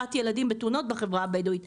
בתמותת ילדים בתאונות בחברה הבדווית.